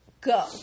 Go